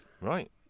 Right